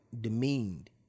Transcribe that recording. demeaned